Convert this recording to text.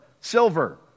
silver